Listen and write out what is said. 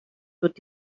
wird